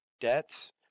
debts